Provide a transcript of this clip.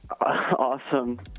Awesome